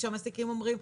המעסיקים אומרים,